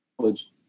college